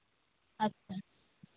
ᱟᱪᱷᱟ